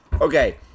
Okay